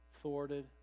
thwarted